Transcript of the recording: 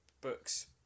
books